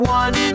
one